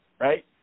right